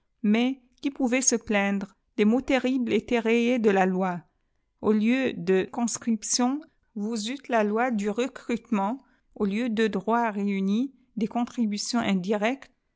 mais qui pouvait se plaindre t les mots terribles étaient rayés de la loi au lieu de conscription vous eûtes la loi du recrutement au lieu de droits réunis des contributions indirectes